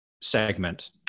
segment